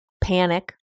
panic